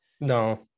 No